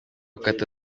kata